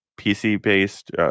PC-based